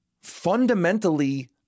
fundamentally